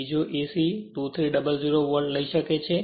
બીજો AC 2300 volt લઈ શકે છે